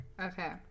okay